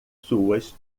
suas